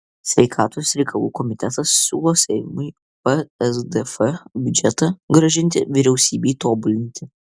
sveikatos reikalų komitetas siūlo seimui psdf biudžetą grąžinti vyriausybei tobulinti